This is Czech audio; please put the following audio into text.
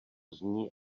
zní